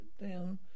down